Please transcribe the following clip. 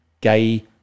gay